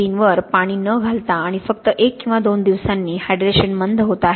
3 वर पाणी न घालता आणि फक्त 1 किंवा 2 दिवसांनी हायड्रेशन मंद होत आहे